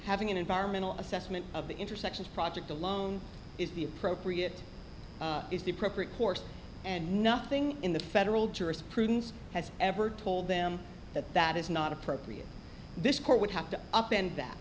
having an environmental assessment of the intersections project alone is the appropriate is the appropriate course and nothing in the federal jurisprudence has ever told them that that is not appropriate this court would have to up and that